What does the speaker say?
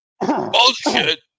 bullshit